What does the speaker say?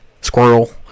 squirrel